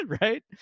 right